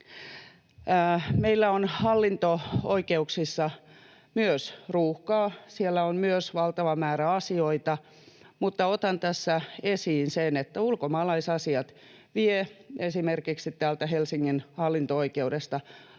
Meillä on myös hallinto-oikeuksissa ruuhkaa. Siellä on valtava määrä asioita, mutta otan tässä esiin sen, että ulkomaalaisasiat vievät esimerkiksi Helsingin hallinto-oikeudessa heidän